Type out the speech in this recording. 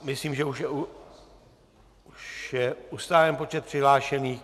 Myslím, že už je ustálen počet přihlášených.